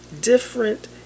different